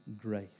grace